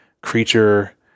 creature